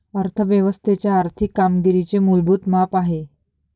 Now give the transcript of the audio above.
अर्थ व्यवस्थेच्या आर्थिक कामगिरीचे मूलभूत माप आहे